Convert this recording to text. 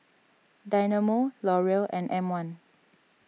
Dynamo L'Oreal and M one